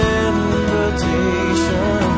invitation